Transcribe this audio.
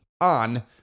on